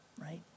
right